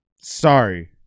Sorry